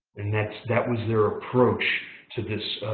and that that was their approach to this